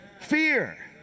fear